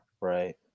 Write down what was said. Right